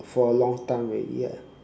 for a long time already ya